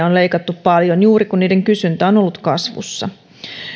on leikattu paljon juuri kun niiden kysyntä on on ollut kasvussa